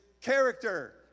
character